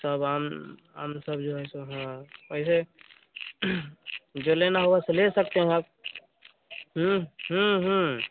सब आम आम सब जो है सोहा पहले जो लेना होगा ले सकते है अब